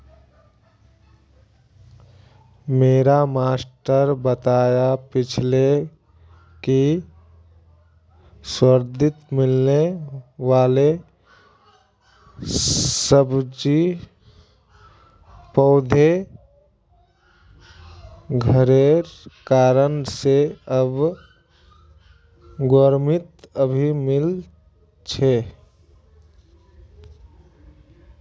मोर मास्टर बता छीले कि सर्दित मिलने वाला सब्जि पौधा घरेर कारण से आब गर्मित भी मिल छे